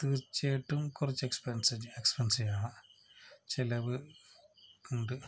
തീർച്ചയായിട്ടും കുറച്ച് എക്സ്പെൻസ് തന്നെയാണ് എക്സ്പെൻസീവ് ആണ് ചിലവ് ഉണ്ട്